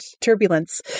turbulence